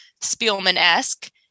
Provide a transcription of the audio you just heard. Spielman-esque